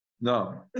No